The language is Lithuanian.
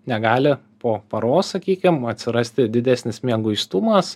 negali po paros sakykim atsirasti didesnis mieguistumas